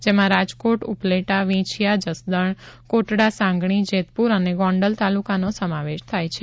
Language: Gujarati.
જેમાં રાજકોટ ઉપલેટા વિંછીયા જસદણ કોટડાસાંગાણી જેતપુર અને ગોંડલ તાલુકાનો સમાવેશ થાય છે